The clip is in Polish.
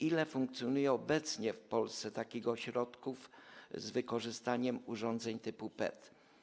Ile funkcjonuje obecnie w Polsce takich ośrodków z wykorzystaniem urządzeń typu PET?